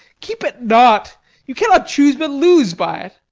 keep it not you cannot choose but lose by't.